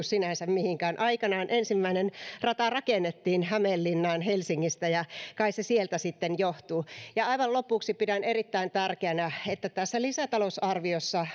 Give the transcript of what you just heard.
sinänsä mihinkään aikanaan ensimmäinen rata rakennettiin hämeenlinnaan helsingistä ja kai se sieltä sitten johtuu ja aivan lopuksi pidän erittäin tärkeänä että tässä lisätalousarviossa